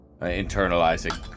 internalizing